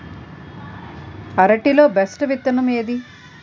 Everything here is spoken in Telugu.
అరటి లో బెస్టు విత్తనం ఏది?